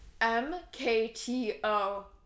M-K-T-O